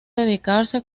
dedicarse